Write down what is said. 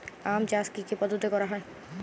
আম চাষ কি কি পদ্ধতিতে করা হয়?